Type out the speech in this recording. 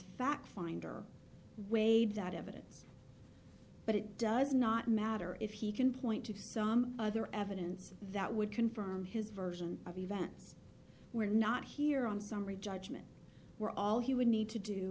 fact finder waived that evidence but it does not matter if he can point to some other evidence that would confirm his version of events we're not here on summary judgment were all he would need to do